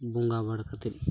ᱵᱚᱸᱜᱟ ᱵᱟᱲᱟ ᱠᱟᱛᱮᱫ